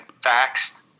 faxed